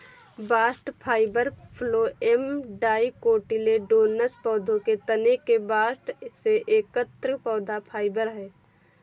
bast fibre phloem dicotyledonous पौधों के तने के बास्ट से एकत्र पौधा फाइबर है